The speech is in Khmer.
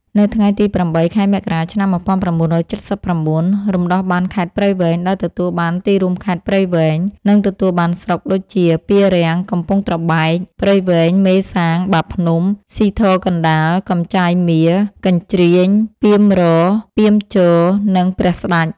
នៅថ្ងៃទី ០៨ ខែមករា ឆ្នាំ ១៩៧៩ រំដោះបានខេត្តព្រៃវែង ដោយទទួលបានទីរួមខេត្ត ព្រៃវែង និងទទួលបានស្រុកដូចជា ពារាំង កំពង់ត្របែក ព្រៃវែង មេសាង បាភ្នំ ស៊ីធរកណ្តាល កំចាយមារ កញ្ជ្រៀច ពាមរ ពាមជ័រ និងព្រះស្តេច។